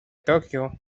tokio